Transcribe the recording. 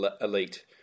elite